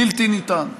בלתי ניתן,